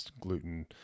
gluten